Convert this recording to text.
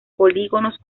polígonos